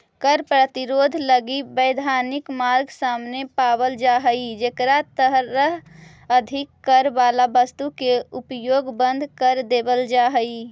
कर प्रतिरोध लगी वैधानिक मार्ग सामने पावल जा हई जेकरा तहत अधिक कर वाला वस्तु के उपयोग बंद कर देवल जा हई